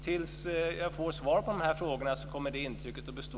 Tills jag får svar på de här frågorna kommer det intrycket att bestå.